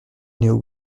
néo